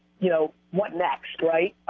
you know, what next, right?